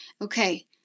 okay